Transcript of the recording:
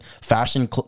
fashion